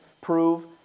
prove